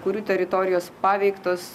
kurių teritorijos paveiktos